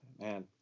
man